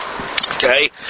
Okay